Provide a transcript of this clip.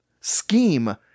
scheme